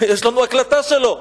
יש לנו הקלטה שלו.